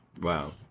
Wow